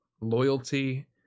loyalty